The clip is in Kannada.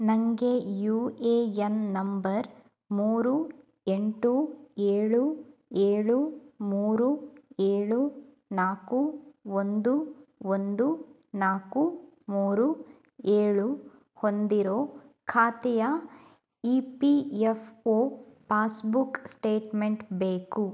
ನನಗೆ ಯು ಎ ಯೆನ್ ನಂಬರ್ ಮೂರು ಎಂಟು ಏಳು ಏಳು ಮೂರು ಏಳು ನಾಲ್ಕು ಒಂದು ಒಂದು ನಾಲ್ಕು ಮೂರು ಏಳು ಹೊಂದಿರೋ ಖಾತೆಯ E P F O passbook statement ಬೇಕು